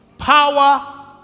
Power